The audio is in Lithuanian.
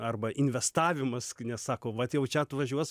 arba investavimas nes sako vat jau čia atvažiuos